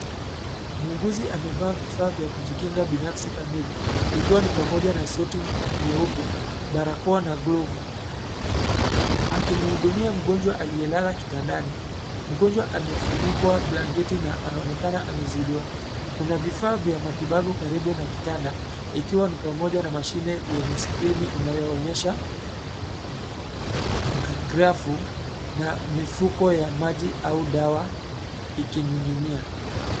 Muuguzi amevaa vifaa vya kujikinga binafsi kamili, ikiwa ni pamoja na suti nyeupe, barakoa na glovu, akimhudumia mgonjwa aliyelala kitandani. Mgonjwa amefunikwa blanketi na anaonekana amezidiwa. Kuna vifaa vya matibabu karibu na kitanda, ikiwa ni pamoja na mashine yenye skrini inayoonyesha grafu na mifuko ya maji au dawa ikining'inia.